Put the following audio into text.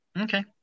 Okay